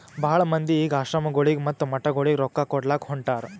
ಭಾಳ ಮಂದಿ ಈಗ್ ಆಶ್ರಮಗೊಳಿಗ ಮತ್ತ ಮಠಗೊಳಿಗ ರೊಕ್ಕಾ ಕೊಡ್ಲಾಕ್ ಹೊಂಟಾರ್